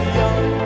young